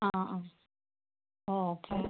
ആ ആ ഓക്കെ